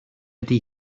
ydy